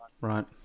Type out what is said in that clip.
right